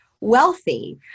wealthy